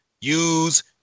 use